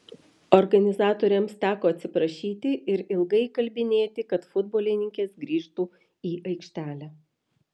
organizatoriams teko atsiprašyti ir ilgai įkalbinėti kad futbolininkės grįžtų į aikštelę